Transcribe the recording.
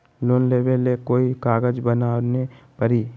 Loan लेबे ले कोई कागज बनाने परी?